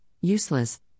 useless